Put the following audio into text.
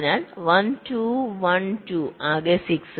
അതിനാൽ 1 2 1 2 ആകെ 6